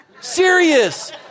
serious